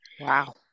Wow